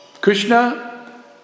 Krishna